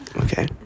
Okay